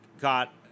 got